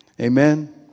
Amen